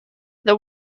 the